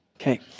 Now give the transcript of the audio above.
Okay